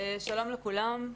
שלום לכולם.